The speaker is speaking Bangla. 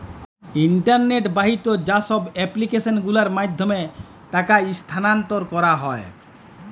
ইলটারলেট বাহিত যা ছব এপ্লিক্যাসল গুলার মাধ্যমে টাকা ইস্থালাল্তর ক্যারা হ্যয়